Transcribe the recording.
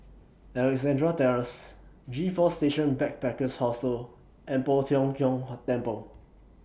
Alexandra Terrace G four Station Backpackers Hostel and Poh Tiong Kiong Temple